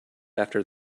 after